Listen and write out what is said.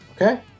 Okay